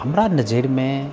हमरा नजरिमे